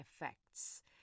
effects